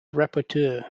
rapporteur